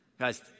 Guys